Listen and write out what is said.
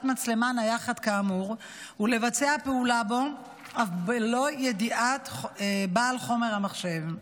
מצלמה נייחת כאמור ולבצע פעולה בלא ידיעת בעל חומר המחשב.